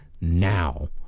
now